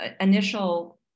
initial